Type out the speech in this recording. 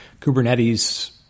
Kubernetes